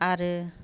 आरो